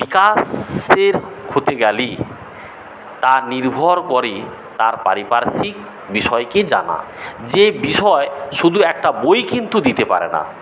বিকাশের তা নির্ভর করে তার পারিপার্শ্বিক বিষয়কে জানা যে বিষয় শুধু একটা বই কিন্তু দিতে পারে না